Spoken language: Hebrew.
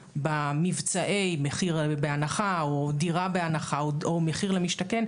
במבצעי מחיר בהנחה או דירה בהנחה או מחיר למשתכן,